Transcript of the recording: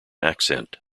accent